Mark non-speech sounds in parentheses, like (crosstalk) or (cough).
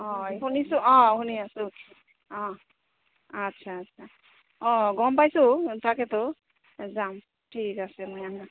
অঁ শুনিছোঁ অঁ শুনি আছোঁ অঁ আচ্ছা আচ্ছা অঁ গম পাইছোঁ তাকেতো যাম ঠিক আছে মই (unintelligible)